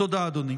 תודה, אדוני.